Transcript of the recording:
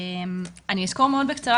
אני אסקור מאוד קצרה,